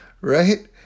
Right